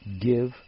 give